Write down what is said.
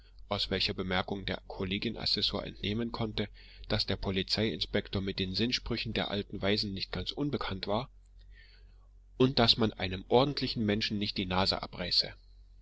aus welcher bemerkung der kollegien assessor entnehmen konnte daß der polizei inspektor mit den sinnsprüchen der alten weisen nicht ganz unbekannt war und daß man einem ordentlichen menschen nicht die nase abreiße